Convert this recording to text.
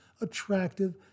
attractive